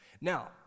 Now